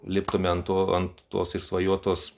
liptume ant tų ant tos išsvajotos